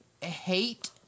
hate